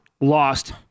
lost